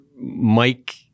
Mike